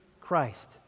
Christ